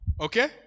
okay